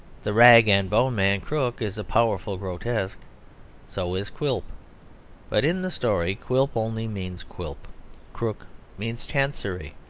the rag-and-bone man, krook, is a powerful grotesque so is quilp but in the story quilp only means quilp krook means chancery.